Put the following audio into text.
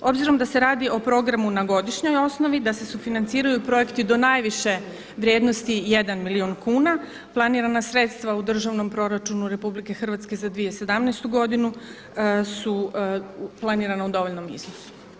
Obzirom da se radi o programu na godišnjoj osnovi, da se sufinanciraju projekti do najviše vrijednosti 1 milijun kuna, planirana sredstva u državnom proračunu RH za 2017. godinu su planirana u dovoljnom iznosu.